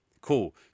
cool